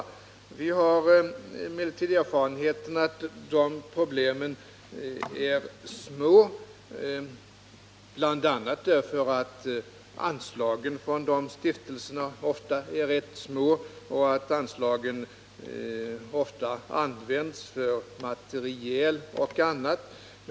Vi har emellertid erfarenheten att de problemen är små, bl.a. därför att anslagen från de stiftelserna ofta är rätt små och att anslagen ofta används för materiel och annat.